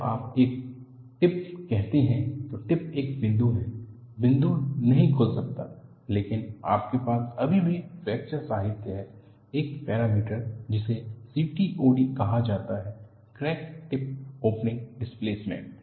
जब आप एक टिप कहते हैं तो टिप एक बिंदु है बिंदु नहीं खुल सकता है लेकिन आपके पास अभी भी फ्रैक्चर साहित्य है एक पैरामीटर जिसे CTOD कहा जाता है क्रैक टिप ओपनिंग डिसप्लेसमैन्ट